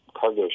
cargo